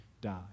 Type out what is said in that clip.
die